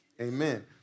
Amen